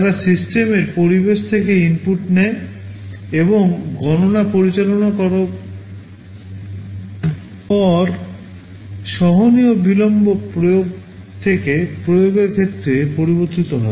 তারা সিস্টেমের পরিবেশ থেকে ইনপুট নেয় এবং গণনা পরিচালনা করার পর সহনীয় বিলম্ব প্রয়োগ থেকে প্রয়োগের ক্ষেত্রে পরিবর্তিত হয়